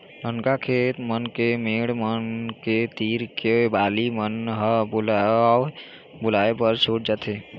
ननका खेत मन के मेड़ मन के तीर के बाली मन ह लुवाए बर छूट जाथे